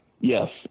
Yes